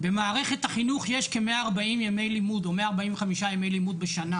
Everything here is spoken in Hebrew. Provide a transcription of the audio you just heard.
במערכת החינוך יש כ-140 ימי לימוד או 145 ימי לימוד בשנה.